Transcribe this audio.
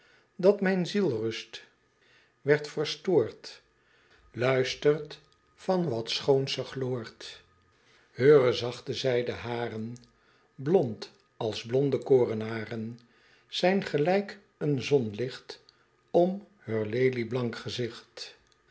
dat mijn zielrust wierd verstoord luistert van wat schoons ze gloort heure zachte zij den hairen blond als blonde korenairen zijn gelijk een zonnelicht om heur lelieblank gezicht